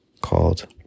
called